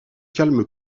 calmes